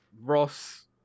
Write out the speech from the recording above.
ross